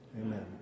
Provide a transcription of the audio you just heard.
amen